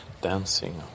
dancing